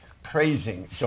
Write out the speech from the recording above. praising